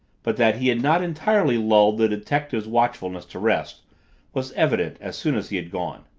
but that he had not entirely lulled the detective's watchfulness to rest was evident as soon as he had gone.